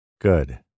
Good